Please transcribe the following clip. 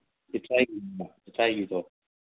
ꯄꯤꯊ꯭ꯔꯥꯏꯒꯤꯗꯣ